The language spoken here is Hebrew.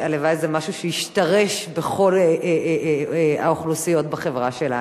הלוואי שזה יהיה משהו שישתרש בכל האוכלוסיות בחברה שלנו.